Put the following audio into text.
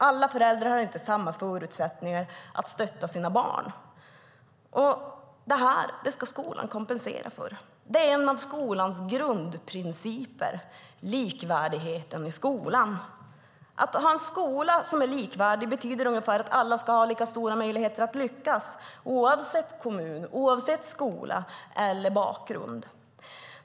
Alla föräldrar har inte samma förutsättningar att stötta sina barn. Det ska skolan kompensera för. Det är en av skolans grundprinciper, likvärdigheten i skolan. Att ha en skola som är likvärdig betyder ungefär att alla ska ha lika stora möjligheter att lyckas oavsett kommun, skola och bakgrund.